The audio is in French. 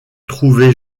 trouvait